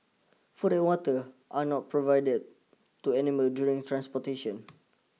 food and water are not provided to animals during the transportation